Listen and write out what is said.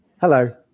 Hello